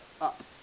up